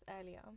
earlier